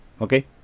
okay